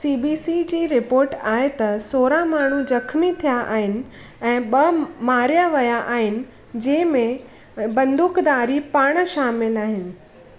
C B C जी report आहे त सौरहं माण्हू जख़्मी थिया आहिनि ऐं ॿ मारिया विया आहिनि जंहिं में बंदूकधारी पाणि शामिलु आहिनि